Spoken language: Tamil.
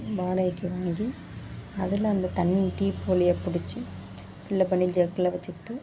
வாடகைக்கு வாங்கி அதில் அந்த தண்ணியை டீப் வழியாக பிடிச்சி ஃபில்லப் பண்ணி ஜக்கில் வச்சுக்கிட்டு